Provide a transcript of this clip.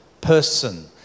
person